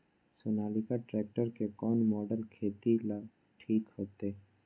Sonalika tractor के कौन model खेती ला ठीक होतै?